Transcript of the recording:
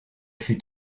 fut